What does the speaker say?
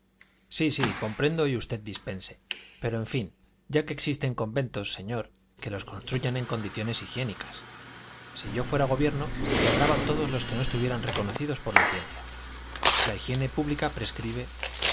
sí sí comprendo y usted dispense pero en fin ya que existen conventos señor que los construyan en condiciones higiénicas si yo fuera gobierno cerraba todos los que no estuvieran reconocidos por la ciencia la higiene pública prescribe